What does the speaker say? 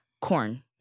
corn